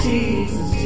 Jesus